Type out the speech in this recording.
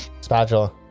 spatula